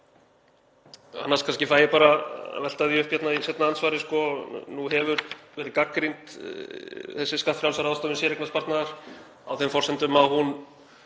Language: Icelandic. kannski bara að velta því upp hérna í seinna andsvari að nú hefur verið gagnrýnd þessi skattfrjálsa ráðstöfun séreignarsparnaðar á þeim forsendum að hún